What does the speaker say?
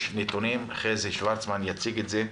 יש נתונים, חזי שוורצמן יציג אותם.